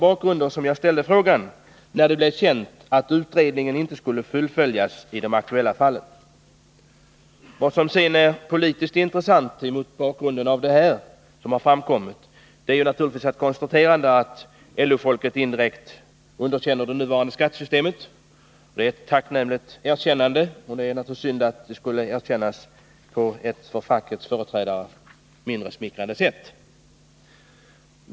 Jagställde frågan, när det blev känt att utredningen i det aktuella fallet inte skulle fullföljas. Mot bakgrund av vad som har framkommit är det politiskt intressant att konstatera att LO-folket indirekt underkänner det nuvarande skattesystemet. Det är ett tacknämligt erkännande. Det är synd att det skulle göras på ett för fackets företrädare mindre smickrande sätt.